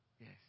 Yes